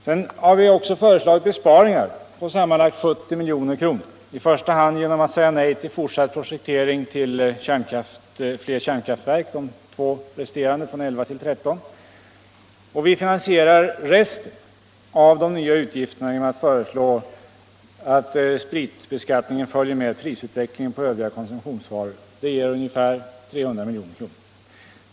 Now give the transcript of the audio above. Vi har också föreslagit besparingar på sammanlagt 70 milj.kr., i första hand genom att säga nej till fortsatt projektering av fler kärnkraftverk - de två resterande i utökningen från elva till tretton. Vi finansierar resten av de nya utgifterna genom att föreslå att spritbeskattningen följer med prisutvecklingen på övriga konsumtionsvaror. Det ger ungefär 300 milj.kr.